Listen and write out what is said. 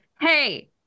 hey